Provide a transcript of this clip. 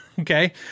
Okay